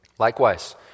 Likewise